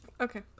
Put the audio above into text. Okay